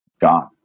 god